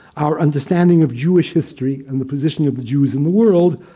our understanding of jewish history and the position of the jews in the world,